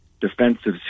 defensive